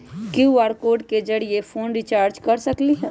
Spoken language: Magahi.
कियु.आर कोड के जरिय फोन रिचार्ज कर सकली ह?